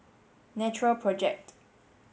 Natural Project